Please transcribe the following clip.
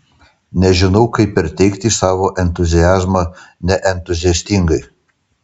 nežinau kaip perteikti savo entuziazmą neentuziastingai